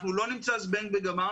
אנחנו לא נמצא פתרון בזבנג וגמרנו.